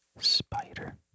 spider